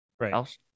Right